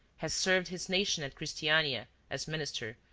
has served his nation at christiania as minister,